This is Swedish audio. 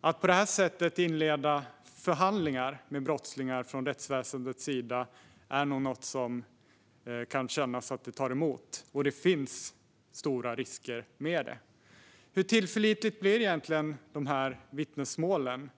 Det kan från rättsväsendets sida kännas att det tar emot att på det här sättet inleda förhandlingar med brottslingar, och det finns stora risker med det. Hur tillförlitliga blir egentligen vittnesmålen?